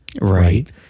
right